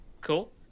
Cool